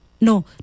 No